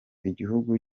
igihugu